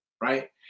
right